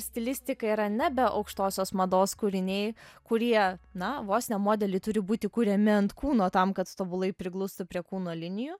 stilistika yra nebe aukštosios mados kūriniai kurie na vos ne modeliai turi būti kuriami ant kūno tam kad tobulai priglustų prie kūno linijų